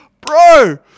bro